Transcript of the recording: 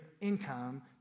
income